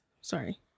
sorry